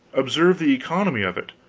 observe the economy of it.